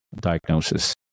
diagnosis